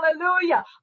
hallelujah